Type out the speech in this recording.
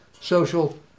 social